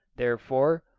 therefore,